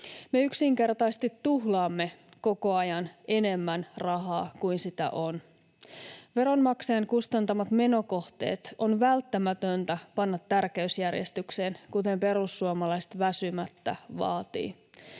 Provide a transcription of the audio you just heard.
Me yksinkertaisesti tuhlaamme koko ajan enemmän rahaa kuin sitä on. Veronmaksajien kustantamat menokohteet on välttämätöntä panna tärkeysjärjestykseen, kuten perussuomalaiset väsymättä vaativat.